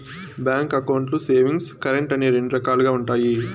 bank అకౌంట్లు savings, current అని రెండు రకాలుగా ఉంటాయి